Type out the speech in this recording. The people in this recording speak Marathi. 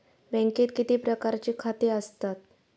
बँकेत किती प्रकारची खाती आसतात?